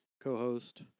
co-host